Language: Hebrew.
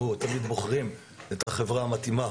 אנחנו תמיד בוחרים את החברה המתאימה